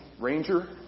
ranger